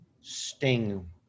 sting